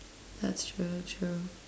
that's so true